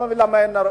אני לא מבין למה אין,